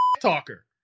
talker